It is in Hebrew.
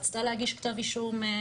רצתה להגיש כתב אישום,